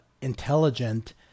intelligent